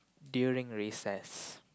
during recess